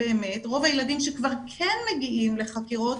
רוב הילדים שכבר כן מגיעים לחקירות,